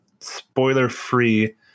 spoiler-free